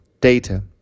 data